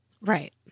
Right